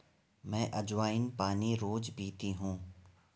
मैं अज्वाइन पानी रोज़ पीती हूँ